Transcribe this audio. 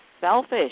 Selfish